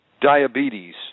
diabetes